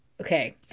okay